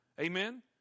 Amen